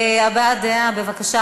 הבעת דעה, בבקשה.